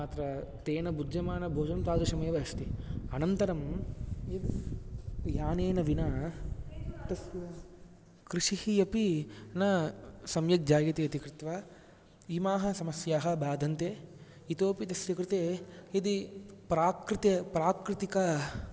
अत्र तेन भुज्यमानभोजनं तादृशमेव अस्ति अनन्तरं यानेन विना तस्य कृषिः अपि न सम्यक् जायते इति कृत्वा इमाः समस्याः बाधन्ते इतोऽपि तस्य कृते यदि प्राकृत्य प्राकृतिक